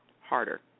harder